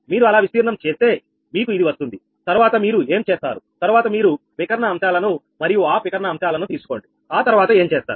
మీరు అలా విస్తీర్ణం చేస్తే మీకు ఇది వస్తుంది తర్వాత మీరు ఏం చేస్తారు తరువాత మీరు వికర్ణ అంశాలను మరియు ఆఫ్ వికర్ణ అంశాలను తీసుకోండి ఆ తర్వాత ఏం చేస్తారు